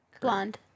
blonde